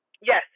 Yes